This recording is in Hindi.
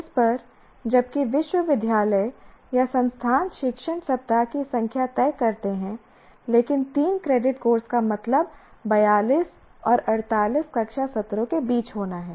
इस पर जबकि विश्वविद्यालय या संस्थान शिक्षण सप्ताह की संख्या तय करते हैं लेकिन 3 क्रेडिट कोर्स का मतलब 42 और 48 कक्षा सत्रों के बीच होना है